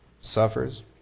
suffers